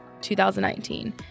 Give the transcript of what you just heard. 2019